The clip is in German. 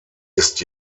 ist